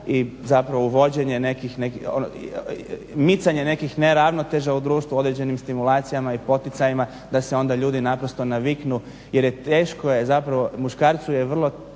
i zapravo uvođenje nekih, micanje nekih neravnoteža u društvu određenim stimulacijama i poticajima da se onda ljudi naprosto naviknu jer teško je, zapravo muškarcu je vrlo